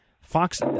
Fox